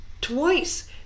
twice